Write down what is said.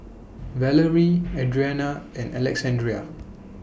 Valarie Adrianna and Alexandrea